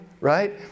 right